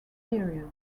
period